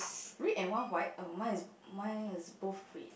red and one white oh mine is mine is both red